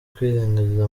kwirengagiza